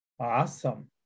Awesome